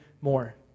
more